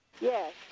Yes